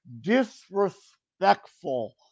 disrespectful